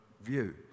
view